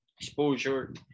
exposure